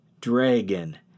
dragon